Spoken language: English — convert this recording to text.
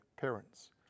parents